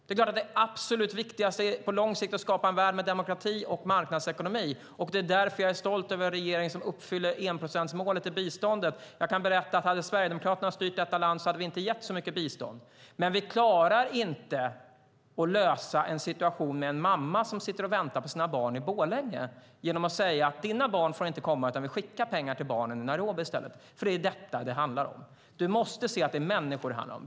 Det är klart att det absolut viktigaste på lång sikt är att skapa en värld med demokrati och marknadsekonomi. Det är därför jag är stolt över en regering som uppfyller enprocentsmålet i biståndet. Hade Sverigedemokraterna styrt detta land hade vi inte gett så mycket bistånd. Men vi klarar inte att lösa en situation med en mamma som sitter och väntar på sina barn i Borlänge genom att säga: Dina barn får inte komma, utan vi skickar pengar till barnen i Nairobi i stället. Det är detta det handlar om. Du måste se att det är människor det handlar om.